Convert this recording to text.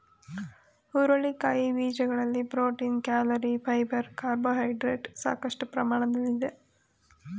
ಹುರುಳಿಕಾಯಿ ಬೀಜಗಳಲ್ಲಿ protein, calorie, fibre carbohydrates ಸಾಕಷ್ಟು ಪ್ರಮಾಣದಲ್ಲಿದೆ